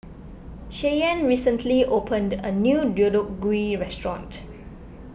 Cheyenne recently opened a new Deodeok Gui restaurant